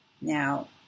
Now